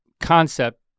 concept